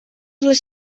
les